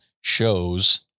shows